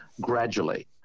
gradually